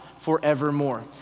forevermore